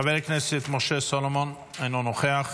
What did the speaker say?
חבר הכנסת משה סולומון, אינו נוכח.